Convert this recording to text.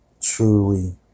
truly